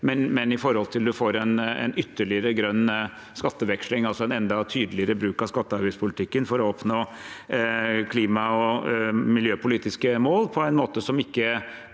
delt, for å få en ytterligere grønn skatteveksling, altså en enda tyde ligere bruk av skatte- og avgiftspolitikken, for å oppnå klima- og miljøpolitiske mål på en måte som ikke